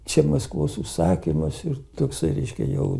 čia maskvos užsakymas ir toksai reiškia jau